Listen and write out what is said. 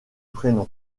prénom